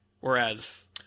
Whereas